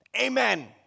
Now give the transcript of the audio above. Amen